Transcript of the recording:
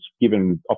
given